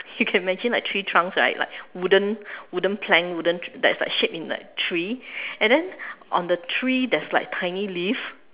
you can imagine like tree trunks right like wooden wooden plank wooden that's like shaped in like tree and then on the tree there's like tiny leaf